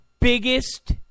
biggest